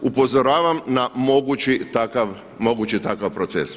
Upozoravam na mogući takav proces.